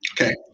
Okay